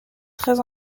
très